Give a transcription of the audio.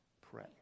pray